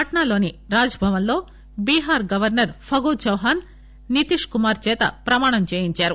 పాట్సాలోని రాజ్ భవన్ లో బీహార్ గవర్సర్ ఫగు చౌహాన్ నితిశ్ కుమార్ చేత ప్రమాణం చేయించారు